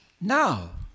now